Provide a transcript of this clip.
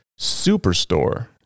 Superstore